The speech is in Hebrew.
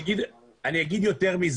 אני אומר יותר מזה.